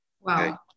Wow